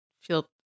feel